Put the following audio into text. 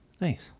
Nice